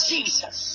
Jesus